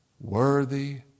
Worthy